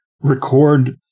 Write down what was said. record